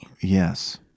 yes